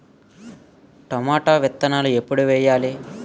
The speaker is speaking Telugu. టొమాటో విత్తనాలు ఎప్పుడు వెయ్యాలి?